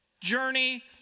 journey